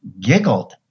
giggled